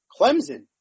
Clemson